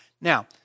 Now